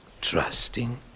trusting